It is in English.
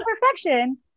perfection